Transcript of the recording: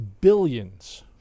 Billions